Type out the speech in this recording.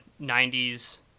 90's